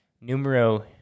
numero